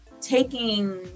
taking